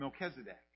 Melchizedek